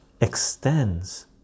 extends